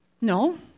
No